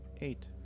eight